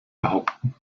behaupten